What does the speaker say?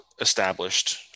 established